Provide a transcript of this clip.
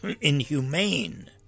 inhumane